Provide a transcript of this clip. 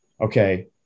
okay